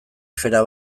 afera